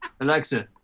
Alexa